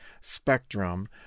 spectrum